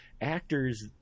actors